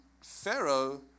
Pharaoh